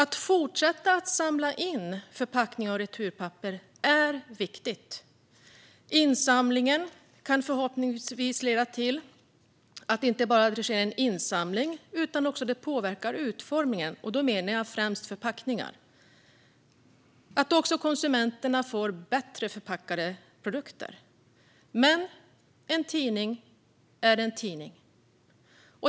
Att fortsätta samla in förpackningar och returpapper är viktigt. Insamlingen kan förhoppningsvis leda till att utformningen påverkas, främst av förpackningar, så att konsumenterna får bättre förpackade produkter. Men en tidning är en tidning.